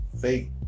fake